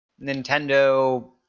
Nintendo